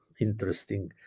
Interesting